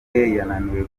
yananiwe